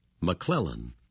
McClellan